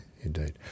indeed